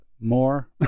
more